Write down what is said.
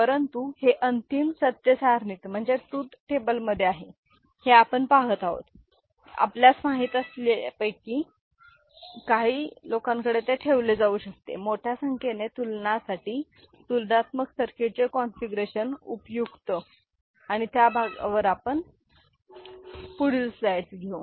परंतु हे अंतिम सत्य सारणीत आहे हे आपण पाहत आहोत की आपल्यास माहित असलेल्यांपैकी काही लोकांकडे ते ठेवले जाऊ शकते मोठ्या संख्येने तुलनासाठी तुलनात्मक सर्किटचे कॉन्फिगरेशन उपयुक्त आणि त्या भागावर आपण पुढील स्लाइड्स घेऊ